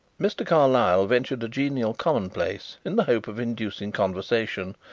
mr. carlyle ventured a genial commonplace in the hope of inducing conversation.